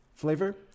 flavor